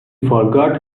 forgot